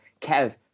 Kev